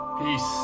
Peace